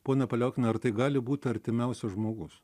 ponia paliaukiene ar tai gali būt artimiausias žmogus